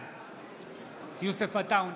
בעד יוסף עטאונה,